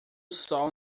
sol